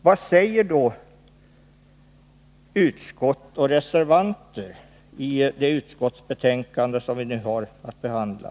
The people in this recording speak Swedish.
Vad säger då utskott och reservanter i det betänkandet som vi nu har att behandla?